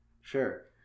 sure